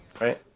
right